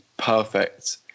perfect